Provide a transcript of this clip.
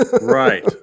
Right